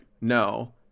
no